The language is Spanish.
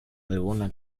alguna